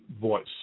voice